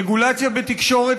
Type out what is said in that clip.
רגולציה בתקשורת,